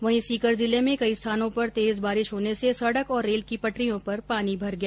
वहीं सीकर जिले में कई स्थानों पर तेज बारिश होने से सड़क और रेल की पटरियों पर पानी भर गया